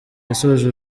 yasoje